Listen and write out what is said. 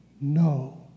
no